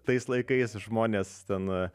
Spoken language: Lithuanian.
tais laikais žmonės ten